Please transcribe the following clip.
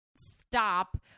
stop